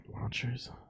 launchers